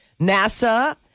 NASA